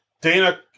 Dana